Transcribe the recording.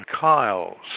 Kyle's